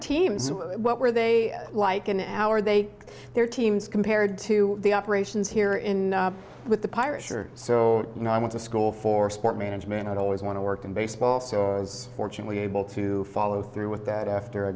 teams what were they like an hour they their teams compared to the operations here in with the pirates or so you know i went to school for sports management i'd always want to work in baseball so i was fortunately able to follow through with that after i